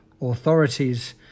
authorities